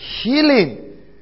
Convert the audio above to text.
Healing